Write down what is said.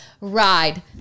ride